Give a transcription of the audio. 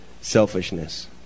selfishness